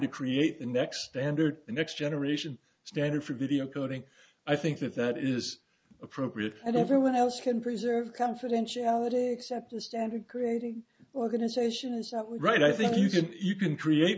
to create the next standard the next generation standard for video coding i think that that is appropriate and everyone else can preserve confidentiality except the standard creating organizations that will write i think you can you can create